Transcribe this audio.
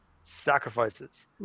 sacrifices